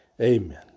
amen